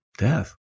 Death